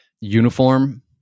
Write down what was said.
uniform